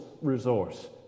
resource